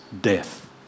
death